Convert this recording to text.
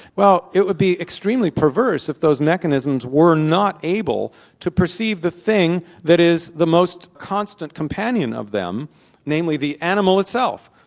well, it would be extremely perverse if those mechanisms were not able to perceive the thing that is the most constant companion of them namely the animal itself.